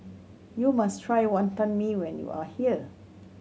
you must try Wonton Mee when you are here